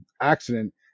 accident